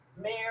Mayor